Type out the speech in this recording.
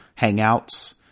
Hangouts